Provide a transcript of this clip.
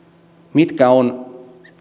mitkä ovat